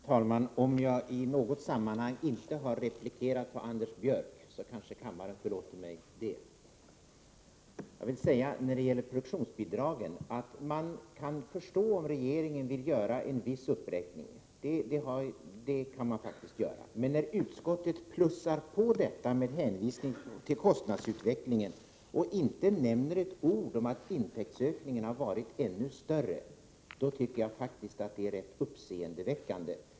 Herr talman! Om jag i något sammanhang inte har replikerat Anders Björck kanske kammaren förlåter mig det. Jag kan förstå om regeringen vill göra en viss uppräkning av produktionsbidraget, men när utskottet plussar på detta med hänvisning till kostnadsutvecklingen och inte med ett ord nämner att intäktsökningen har varit ännu större tycker jag att det är rätt uppseendeväckande.